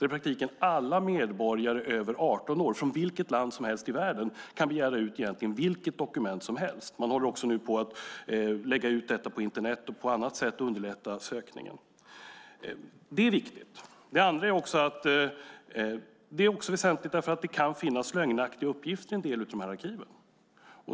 I praktiken kan där alla medborgare över 18 år, från vilket land som helst i världen, begära ut egentligen vilket dokument som helst. Man håller också på att lägga ut dem på Internet och på annat sätt underlätta sökningen. Det är viktigt. Det här är också väsentligt därför att det kan finnas lögnaktiga uppgifter i en del av arkiven.